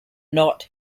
not